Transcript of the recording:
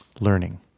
learning